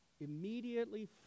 immediately